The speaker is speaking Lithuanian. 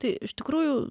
tai iš tikrųjų